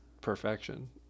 perfection